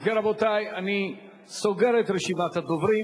אם כן, רבותי, אני סוגר את רשימת הדוברים.